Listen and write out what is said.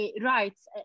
rights